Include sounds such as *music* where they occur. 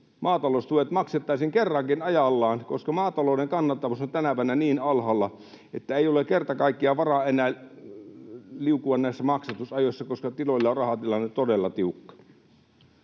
maataloustuet maksettaisiin kerrankin ajallaan, koska maatalouden kannattavuus on tänä pänä niin alhaalla, että ei ole kerta kaikkiaan varaa enää liukua näissä *noise* maksatusajoissa. Tiloilla on rahatilanne todella tiukka.